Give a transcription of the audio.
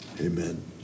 Amen